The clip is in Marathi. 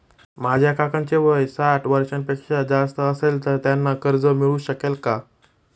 माझ्या काकांचे वय साठ वर्षांपेक्षा जास्त असेल तर त्यांना कर्ज मिळू शकेल का?